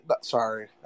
Sorry